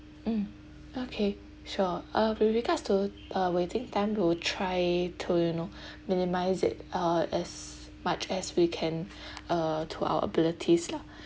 mm okay sure uh with regards to the waiting time we'll try to you know minimise it uh as much as we can uh to our abilities lah